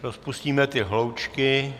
Rozpustíme ty hloučky.